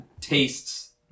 tastes